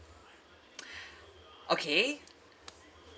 okay